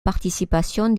participation